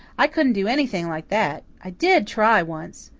i couldn't do anything like that. i did try once.